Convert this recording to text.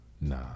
Nah